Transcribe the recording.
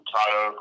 Tato